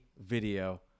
video